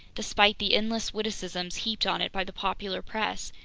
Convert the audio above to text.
despite the endless witticisms heaped on it by the popular press,